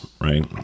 right